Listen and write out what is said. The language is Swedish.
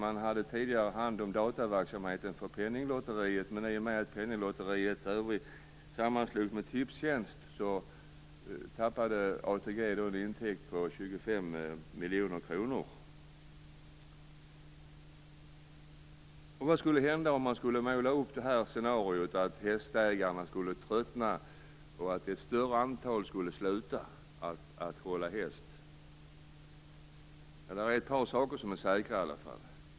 Man hade tidigare hand om dataverksamheten för Penninglotteriet, men i och med att Penninglotteriet slogs samman med Tipstjänst, tappade ATG en intäkt på 25 miljoner kronor. Vad skulle hända om man skulle måla upp scenariot att hästägarna skulle tröttna, att ett större antal skulle sluta att hålla häst? Ett par saker är i alla fall säkra.